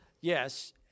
Yes